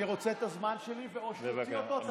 אני רוצה את הזמן שלי או שתוציא אותו.